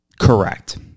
Correct